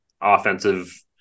offensive